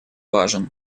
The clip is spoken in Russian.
важен